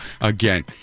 again